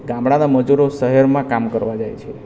ગામડાના મજૂરો શહેરમાં કામ કરવા જાય છે